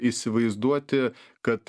įsivaizduoti kad